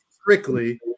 strictly